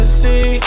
see